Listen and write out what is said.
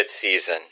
season